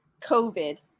covid